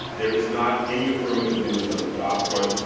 there is not any affirmative news on the job front.